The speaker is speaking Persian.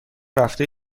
رفته